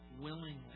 willingly